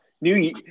new